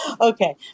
Okay